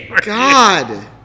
God